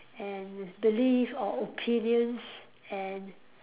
and belief or opinions and